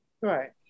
Right